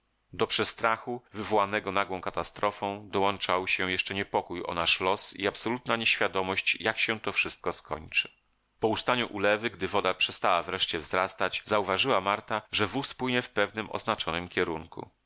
do przestrachu wywołanego nagłą katastrofą dołączał się jeszcze niepokój o nasz los i absolutna nieświadomość jak się to wszystko skończy po ustaniu ulewy gdy woda przestała wreszcie wzrastać zauważyła marta że wóz płynie w pewnym oznaczonym kierunku